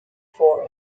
for